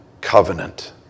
covenant